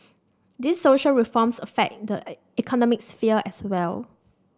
these social reforms affect economic sphere as well